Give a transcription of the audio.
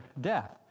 death